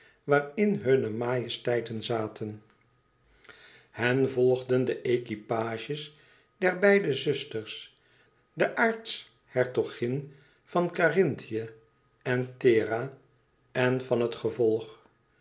waarin hunne majesteiten zaten hen volgden de equipages der beide zusters de aartshertogin van karinthië en thera en van het gevolg